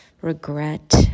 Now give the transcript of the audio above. regret